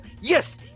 yes